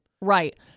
Right